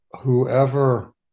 whoever